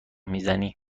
میزنی